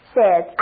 says